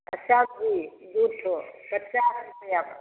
आ सब्जी दू गो पचास रुपैआ